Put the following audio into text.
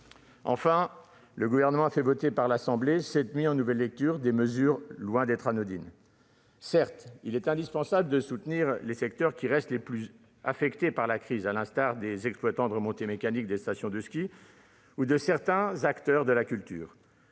Enfin, le Gouvernement a fait voter par l'Assemblée nationale cette nuit, en nouvelle lecture, des mesures nouvelles loin d'être anodines. Certes, il est indispensable de soutenir les secteurs qui restent les plus durement affectés par la crise, comme les exploitants de remontées mécaniques des stations de ski ou certains acteurs de la culture.